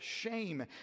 shame